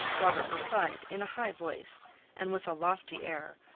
robert replied, in a high voice and with a lofty air,